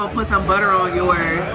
ah put some butter on yours.